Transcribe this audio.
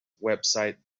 website